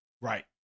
Right